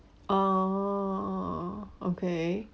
orh okay